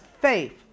faith